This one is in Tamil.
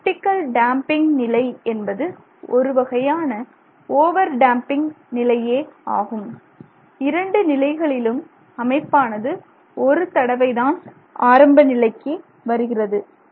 க்ரிட்டிக்கல் டேம்பிங் நிலை என்பது ஒருவகையான ஓவர் டேம்பிங் நிலையே ஆகும் இரண்டு நிலைகளிலும் அமைப்பானது ஒரு தடவைதான் ஆரம்ப நிலைக்கு திரும்புகிறது